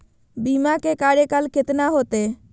बीमा के कार्यकाल कितना होते?